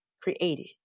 created